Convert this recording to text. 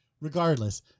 Regardless